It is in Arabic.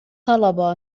طلب